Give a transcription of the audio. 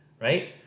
right